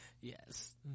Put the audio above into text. Yes